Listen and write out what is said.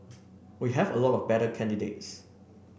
we have a lot of better candidates